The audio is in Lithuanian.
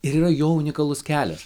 ir yra jo unikalus kelias